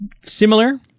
similar